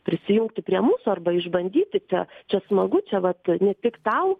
prisijungti prie mūsų arba išbandykite čia smagu čia vat ne tik tau